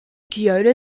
kyoto